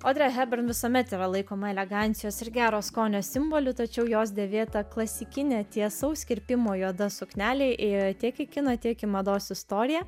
odrė hebern visuomet yra laikoma elegancijos ir gero skonio simboliu tačiau jos dėvėta klasikinė tiesaus kirpimo juoda suknelė įėjo tiek į kino tiek į mados istoriją